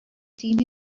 seen